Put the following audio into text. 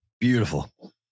Beautiful